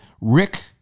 Rick